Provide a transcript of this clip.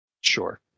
Sure